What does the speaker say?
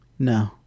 No